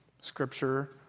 Scripture